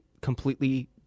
completely